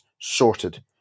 Sorted